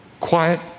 quiet